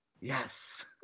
Yes